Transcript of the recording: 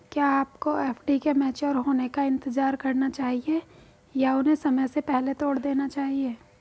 क्या आपको एफ.डी के मैच्योर होने का इंतज़ार करना चाहिए या उन्हें समय से पहले तोड़ देना चाहिए?